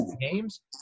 games